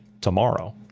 tomorrow